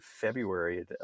february